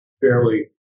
fairly